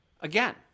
again